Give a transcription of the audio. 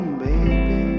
baby